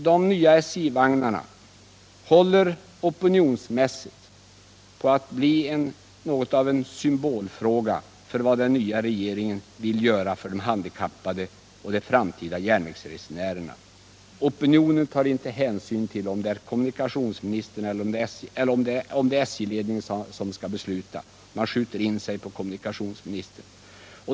De nya SJ-vagnarna håller opinionsmässigt på att bli något av en symbolfråga för vad den nya regeringen vill göra för de handikappade och de framtida järnvägsresenärerna. Opinionen tar inte hänsyn till om det är kommunikationsministern eller SJ-ledningen som skall besluta — man skjuter in sig på kommunikationsministern.